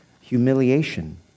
humiliation